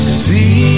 see